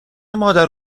مادر